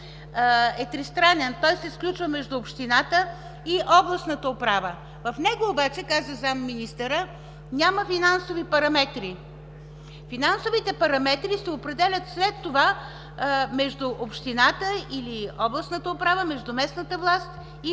е тристранен. Той се сключва между общината и областната управа. В него обаче, каза заместник-министърът, няма финансови параметри. Финансовите параметри се определят след това между общината или областната управа, между местната власт и